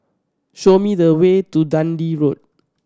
show me the way to Dundee Road